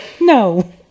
no